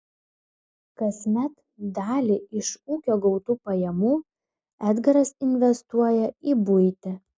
kasmet dalį iš ūkio gautų pajamų edgaras investuoja į buitį